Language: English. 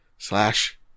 Slash